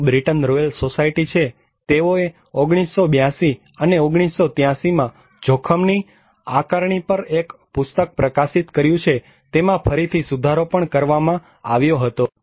એક Britain royal society છે તેઓએ 1982 અને 1983 માં જોખમની આકારણી પર એક પુસ્તક પ્રકાશિત કર્યું છે તેમાં ફરી થી સુધારો પણ કરવામાં આવ્યો હતો